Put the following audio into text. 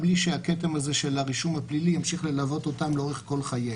בלי שהכתם הזה של הרישום הפלילי ימשיך ללוות אותם לאורך כל חייהם.